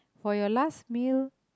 for your last meal